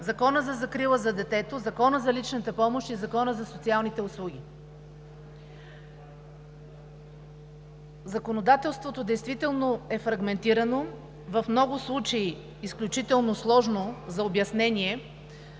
Законът за закрила на детето, Законът за личните помощи и Законът за социалните услуги. Законодателството действително е фрагментирано, в много случаи изключително сложно за обяснение,